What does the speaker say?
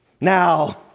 Now